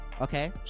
okay